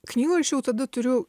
knygoj aš jau tada turiu